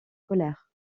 colère